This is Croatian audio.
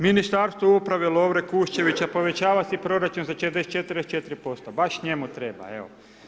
Ministarstvo uprave Lovre Kuščevića povećava si proračun za 44,4%, baš njemu treba, evo.